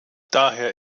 daher